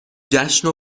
جشن